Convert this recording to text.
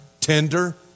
Tender